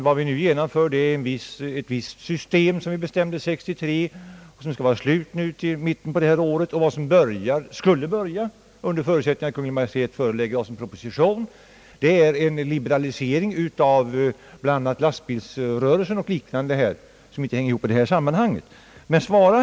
Vad vi nu genomför är ett visst system, som vi bestämde 1963 och som skall vara slutfört i mitten på detta år. Vad som skall följa, under förutsättning att Kungl. Maj:t förelägger oss en proposition, är en liberalisering av bl.a. lastbilsrörelsen, och detta har inte något samband med frågan om nedläggning.